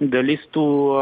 dalis tų